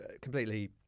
completely